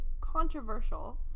controversial